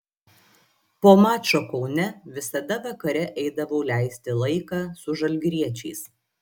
po mačo kaune visada vakare eidavau leisti laiką su žalgiriečiais